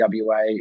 WA